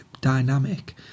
dynamic